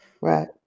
Right